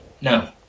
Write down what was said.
No